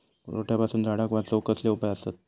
रोट्यापासून झाडाक वाचौक कसले उपाय आसत?